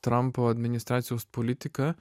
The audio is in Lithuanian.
trampo administracijos politiką